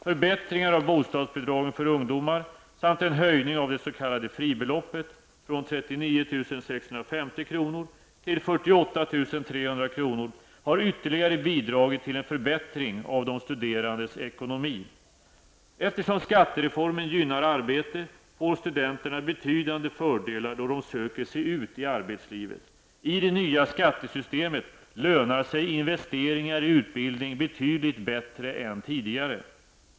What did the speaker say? Förbättringar av bostadsbidragen för ungdomar samt en höjning av det s.k. fribeloppet från 39 650 kr. till 48 300 kr. har ytterligare bidragit till en förbättring av de studerandes ekonomi. Eftersom skattereformen gynnar arbete får studenterna betydande fördelar då de söker sig ut i arbetslivet. I det nya skattesystemet lönar sig investeringar i utbildning betydligt bättre än tidigare.